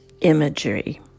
imagery